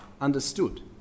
understood